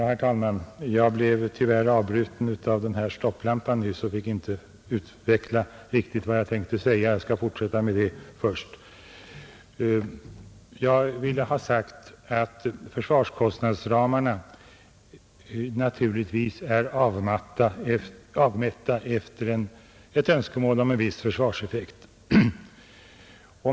Herr talman! Jag blev tyvärr avbruten av stopplampan nyss och fick inte utveckla riktigt vad jag tänkte säga, och jag skall nu fortsätta med det först. Jag ville ha sagt att försvarskostnadsramarna naturligtvis är avmätta efter ett önskemål om en viss försvarseffekt.